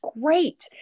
great